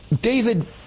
David